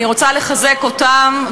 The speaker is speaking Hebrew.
אני רוצה לחזק אותם,